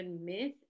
myth